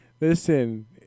listen